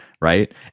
right